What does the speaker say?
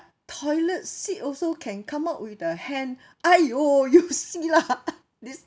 toilet seat also can come out with the hand !aiyo! you see lah this